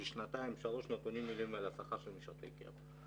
שנתיים-שלוש נתונים מלאים על השכר של משרתי הקבע.